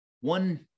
one